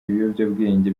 ibiyobyabwenge